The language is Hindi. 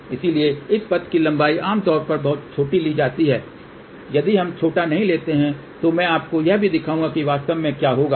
इसलिए इस पथ की लंबाई आमतौर पर बहुत छोटी ली जाती है यदि हम छोटा नहीं लेते हैं तो मैं आपको यह भी दिखाऊंगा कि वास्तव में क्या होता है